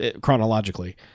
chronologically